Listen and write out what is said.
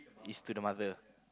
is to the mother